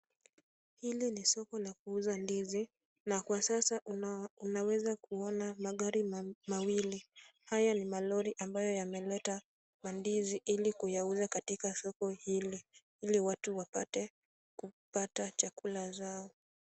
Hili ni soko la kuuza ndizi na kwa sasa unaweza kuona magari mawili. Hata ni malori ambayo yameleta mandizi ili kuyauza katika soko hili, ili watu wapate kupata chakula zao.